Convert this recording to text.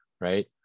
right